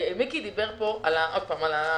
מיקי דיבר פה על ה-15%.